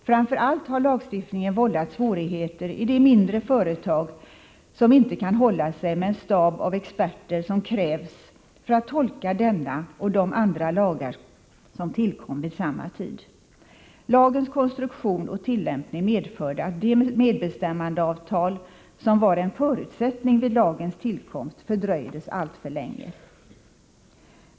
Framför allt har lagstiftningen vållat svårigheter i de mindre företagen, som inte kan hålla sig med den stab av experter som krävs för att tolka denna och de andra lagar som tillkom vid samma tid. Lagens konstruktion och tillämpning medförde att de medbestämmandeavtal som var en förutsättning vid lagens tillkomst fördröjdes alltför länge.